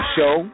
Show